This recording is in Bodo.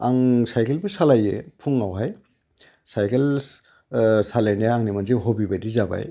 आं सायकेलबो सालायो फुङावहाय सायकेल सालायनाया आंनि मोनसे हबि बायदि जाबाय